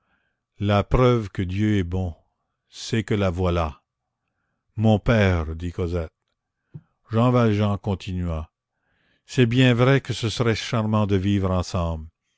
la preuve que dieu est bon c'est que la voilà mon père dit cosette jean valjean continua c'est bien vrai que ce serait charmant de vivre ensemble